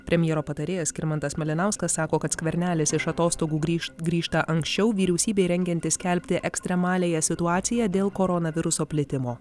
premjero patarėjas skirmantas malinauskas sako kad skvernelis iš atostogų grįš grįžta anksčiau vyriausybei rengiantis skelbti ekstremaliąją situaciją dėl koronaviruso plitimo